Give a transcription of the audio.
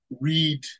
read